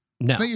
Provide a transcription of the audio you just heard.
No